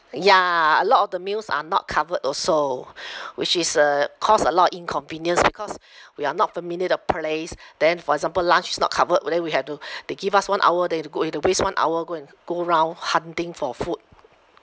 ya a lot of the meals are not covered also which is uh cause a lot inconvenience because we are not familiar with the place then for example lunch is not covered but then we had to they give us one hour then have to go have to waste one hour go and go round hunting for food